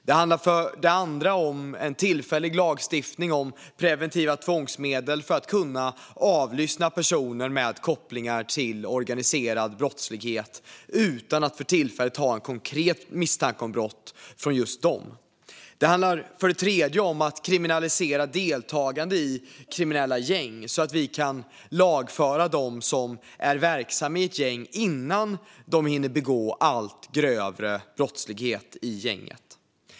Det handlar för det andra om en tillfällig lagstiftning om preventiva tvångsmedel för att kunna avlyssna personer med kopplingar till organiserad brottslighet utan att för tillfället ha en konkret misstanke om brott som gäller just dem. Det handlar för det tredje om att kriminalisera deltagande i kriminella gäng, så att vi kan lagföra de som är verksamma i ett gäng innan de hinner begå grövre brottslighet i gänget.